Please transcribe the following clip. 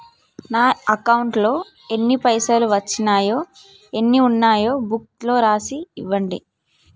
నా అకౌంట్లో ఎన్ని పైసలు వచ్చినాయో ఎన్ని ఉన్నాయో బుక్ లో రాసి ఇవ్వండి?